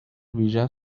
ویژه